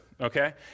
okay